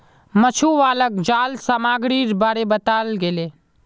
मछुवालाक जाल सामग्रीर बारे बताल गेले